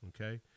okay